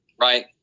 right